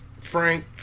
Frank